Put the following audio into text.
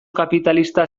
kapitalista